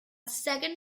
second